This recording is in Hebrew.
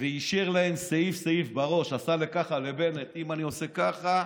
ואישר להם סעיף-סעיף בראש, עשה לבנט ככה,